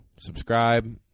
subscribe